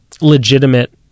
legitimate